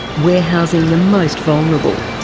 warehousing the most vulnerable.